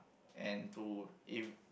and to if